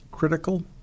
critical